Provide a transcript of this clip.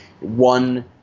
one